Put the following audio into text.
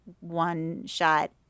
one-shot